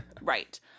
Right